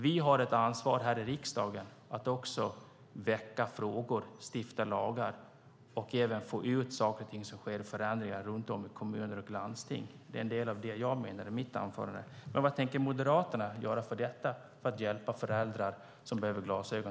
Vi har ett ansvar här i riksdagen att väcka frågor, stifta lagar och föra ut förändringar som sker runt om i kommuner och landsting. Det är en del av det som jag tar upp i mitt anförande. Men vad tänker Moderaterna göra för att hjälpa föräldrar vilkas barn behöver glasögon?